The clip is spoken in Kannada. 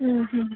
ಹ್ಞೂ ಹ್ಞೂ